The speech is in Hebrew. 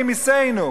ממסינו.